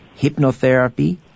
hypnotherapy